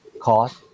cost